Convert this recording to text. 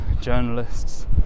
journalists